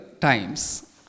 times